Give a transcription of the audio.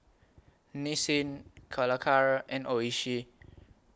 Nissin Calacara and Oishi